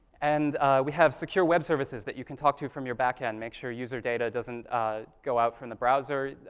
and we have secure web services that you can talk to from your back end, make sure user data doesn't go out from the browser,